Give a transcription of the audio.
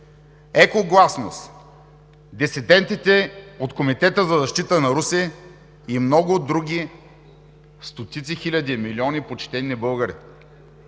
„Екогласност“, дисидентите от Комитета за защита на Русе и много други стотици хиляди, милиони почтени българи.